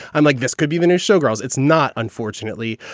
i'm like, this could be even showgirls. it's not, unfortunately.